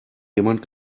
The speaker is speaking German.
jemand